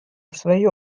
свое